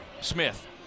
Smith